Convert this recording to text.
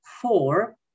four